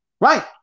Right